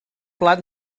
plat